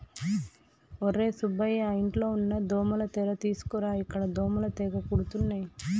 ఒర్రే సుబ్బయ్య ఇంట్లో ఉన్న దోమల తెర తీసుకురా ఇక్కడ దోమలు తెగ కుడుతున్నాయి